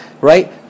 right